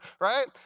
right